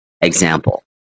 Example